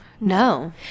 No